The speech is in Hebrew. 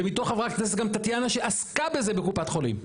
ומתוך חברי הכנסת גם טטיאנה שעסקה בזה בקופת חולים.